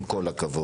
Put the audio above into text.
עם כל הכבוד,